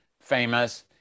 famous